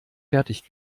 fertig